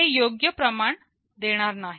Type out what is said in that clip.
तर हे योग्य प्रमाण देणार नाही